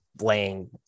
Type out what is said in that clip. laying